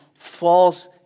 False